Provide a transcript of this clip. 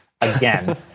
again